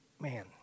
man